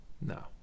No